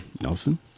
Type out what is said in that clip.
Nelson